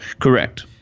Correct